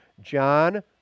John